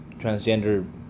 transgender